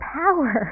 power